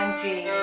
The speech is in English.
um g